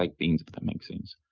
like things, if that make sense.